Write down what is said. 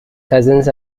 cousins